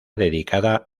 dedicada